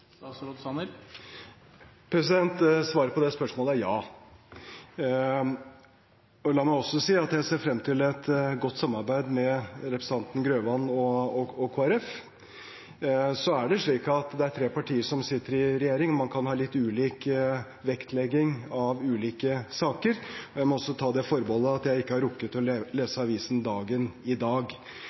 statsråd Sanner garantere for at regjeringen fortsatt vil holde på dagens formålsparagraf for skolen, forankret i vår kristne og humanistiske kulturarv? Svaret på det spørsmålet er ja. La meg også si at jeg ser frem til et godt samarbeid med representanten Grøvan og Kristelig Folkeparti. Det er tre partier som sitter i regjering, og man kan ha litt ulik vektlegging av ulike saker. Jeg må også ta det forbeholdet at jeg ikke har rukket å lese avisen Dagen i dag.